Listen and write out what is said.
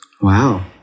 Wow